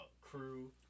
crew